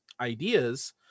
ideas